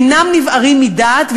אינם נבערים מדעת,